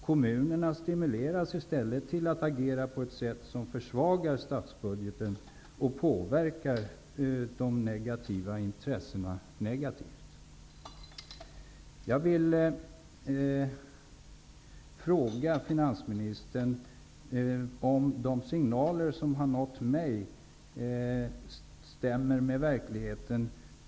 På det sättet stimuleras kommunerna att agera på ett sätt som försvagar statsbudgeten och påverkar aktuella intressen negativt. Jag vill fråga finansministern om vissa signaler som har nått mig stämmer med verkligheten.